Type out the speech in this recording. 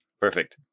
perfect